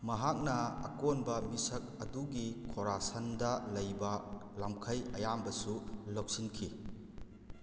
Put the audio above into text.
ꯃꯍꯥꯛꯅ ꯑꯀꯣꯟꯕ ꯃꯤꯁꯛ ꯑꯗꯨꯒꯤ ꯈꯣꯔꯥꯁꯟꯗ ꯂꯩꯕ ꯂꯝꯈꯩ ꯑꯌꯥꯝꯕꯁꯨ ꯂꯧꯁꯤꯟꯈꯤ